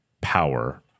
power